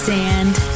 sand